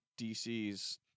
DC's